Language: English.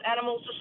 animals